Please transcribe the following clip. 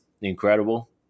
incredible